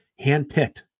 handpicked